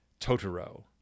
totoro